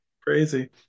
crazy